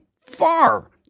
far